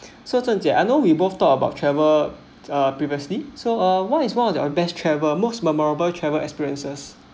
zhen jie I know we both talk about travel uh previously so what is one of their best travel most memorable travel experiences